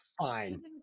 fine